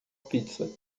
pizza